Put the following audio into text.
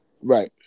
Right